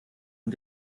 und